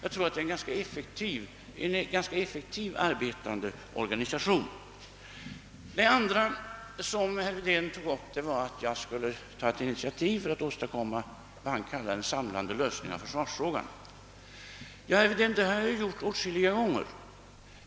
Herr Wedén ansåg också att jag borde ta ett initiativ för att åstadkomma vad han kallade en samlande lösning i försvarsfrågan. Ja, herr Wedén, det har jag gjort åtskilliga gånger.